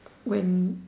when